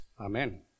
Amen